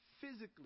physically